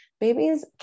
Babies